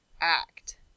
act